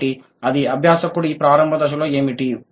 కాబట్టి అది అభ్యాసకుడికి ప్రారంభ దశలో ఏమిటి